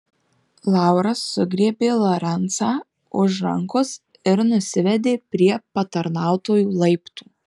laura sugriebė lorencą už rankos ir nusivedė prie patarnautojų laiptų